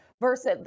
versus